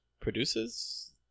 produces